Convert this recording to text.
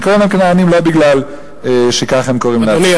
אני קורא להם כנענים לא בגלל שככה הם קוראים לעצמם.